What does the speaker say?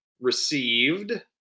received